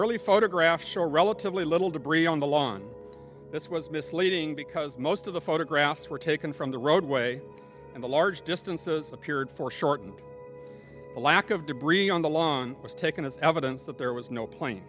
early photographs or relatively little debris on the lawn this was misleading because most of the photographs were taken from the roadway and the large distances appeared foreshortened the lack of debris on the lawn was taken as evidence that there was no plane